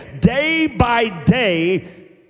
day-by-day